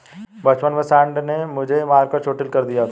बचपन में सांड ने मुझे मारकर चोटील कर दिया था